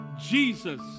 Jesus